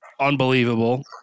Unbelievable